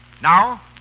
Now